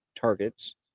targets